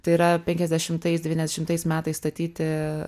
tai yra penkiasdešimtais devyniasdešimtais metais statyti